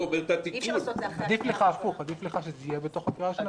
אי אפשר שזה יהיה אחרי קריאה ראשונה.